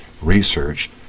research